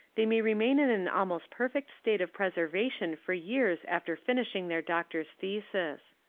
they may remain in an almost perfect state of preservation for years after finishing their doctor's thesis.